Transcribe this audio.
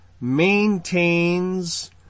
maintains